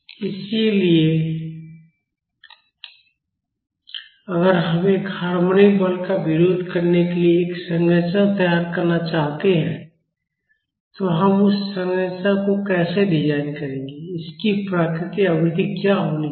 इसलिए अगर हम एक हार्मोनिक बल का विरोध करने के लिए एक संरचना तैयार करना चाहते हैं तो हम उस संरचना को कैसे डिजाइन करेंगे इसकी प्राकृतिक आवृत्ति क्या होनी चाहिए